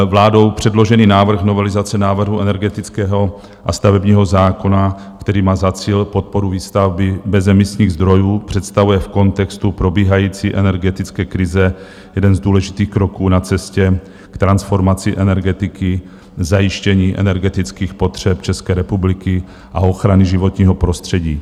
Vládou předložený návrh novelizace návrhu energetického a stavebního zákona, který má za cíl podporu výstavby bezemisních zdrojů, představuje v kontextu probíhající energetické krize jeden z důležitých kroků na cestě k transformaci energetiky, zajištění energetických potřeb České republiky a ochrany životního prostředí.